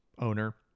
owner